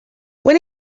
when